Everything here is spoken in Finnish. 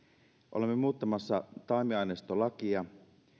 olemme muuttamassa taimiaineistolakia